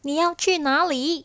你要去哪里